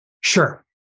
sure